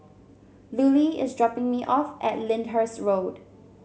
Lulie is dropping me off at Lyndhurst Road